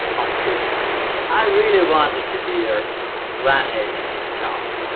on his terms i really wanted to hear van halen's jump.